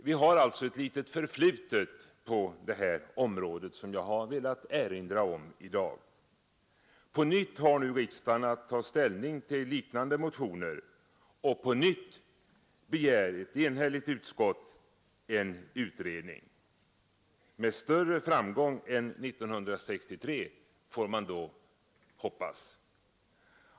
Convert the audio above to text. Vi har alltså på detta område ett litet förflutet som jag har velat erinra om i dag På nytt har nu riksdagen att ta ställning till liknande motioner, och på nytt begär ett enhälligt utskott en utredning — med större framgång än 1963, får man hoppas.